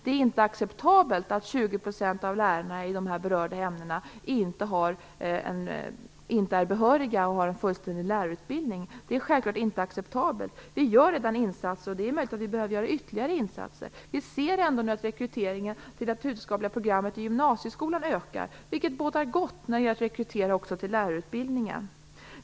Det är inte acceptabelt att 20 % av lärarna i de berörda ämnena inte är behöriga och har fullständig lärarutbildning. Vi gör redan insatser, men det är möjligt att vi behöver göra ytterligare. Men vi ser ändå att rekryteringen till det naturvetenskapliga programmet i gymnasieskolan ökar, vilket bådar gott när det gäller rekryteringen också till lärarutbildningen.